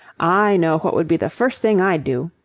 i know what would be the first thing i'd do.